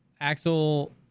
Axel